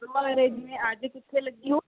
ਮੰਡੀ ਜਿਵੇਂ ਅੱਜ ਕਿੱਥੇ ਲੱਗੀ ਹੋਊ